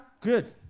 good